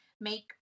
make